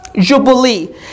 jubilee